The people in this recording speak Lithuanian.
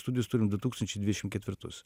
studijos turim du tūkstančiai dvidešim ketvirus